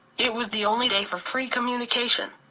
it was the only day for free communication.